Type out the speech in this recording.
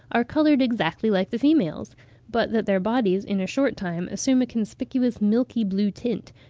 are coloured exactly like the females but that their bodies in a short time assume a conspicuous milky-blue tint,